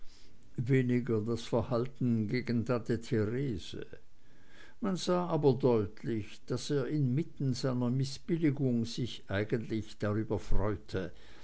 weniger das verhalten gegen tante therese man sah aber deutlich daß er inmitten seiner mißbilligung sich eigentlich darüber freute